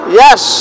yes